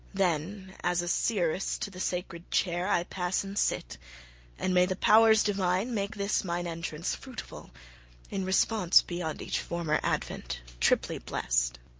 then as a seeress to the sacred chair i pass and sit and may the powers divine make this mine entrance fruitful in response beyond each former advent, triply blest.